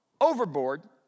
overboard